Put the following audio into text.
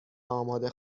آماده